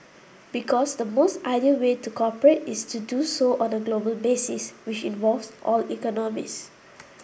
because the most ideal way to cooperate is to do so on a global basis which involves all economies